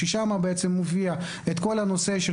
שבה מופיע כל הנושא.